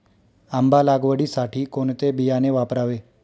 आंबा लागवडीसाठी कोणते बियाणे वापरावे?